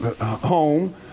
home